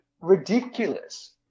ridiculous